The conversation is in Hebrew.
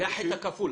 זה החטא הכפול.